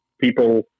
people